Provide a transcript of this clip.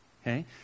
okay